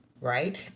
right